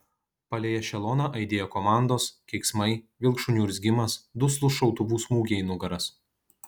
palei ešeloną aidėjo komandos keiksmai vilkšunių urzgimas duslūs šautuvų smūgiai į nugaras